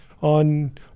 on